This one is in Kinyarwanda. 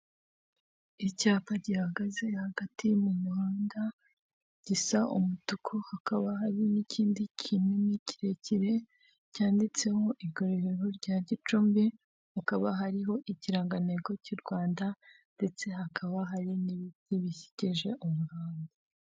Icyapa gihagaze hagati mu muhanda gisa umutuku hakaba hari n'ikindi kinini kirekire cyanditseho igororero rya Gicumbi hakaba hariho ikirangantego cy'u Rwanda ndetse hakaba hari n'ibindi bikikije umuhanda.